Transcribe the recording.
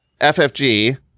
FFG